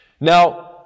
Now